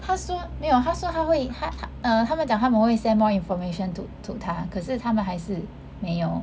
他说没有他说他会他他 err 他们讲他们会 send more information to to 他可是他们还是没有